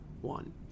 one